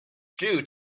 stew